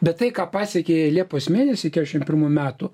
bet tai ką pasiekė liepos mėnesį kešim pirmų metų